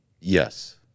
Yes